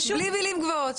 בלי מילים גבוהות.